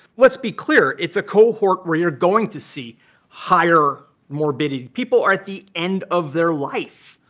let's be clear. it's a cohort where you're going to see higher morbidity. people are at the end of their life.